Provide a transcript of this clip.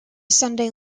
sunday